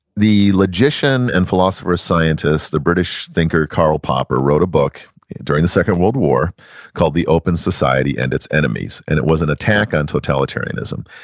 the logician and philosopher scientist, the british thinker karl popper wrote a book during the second world war called the open society, and it's enemies, and it was an attack on totalitarianism.